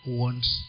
wants